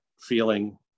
feeling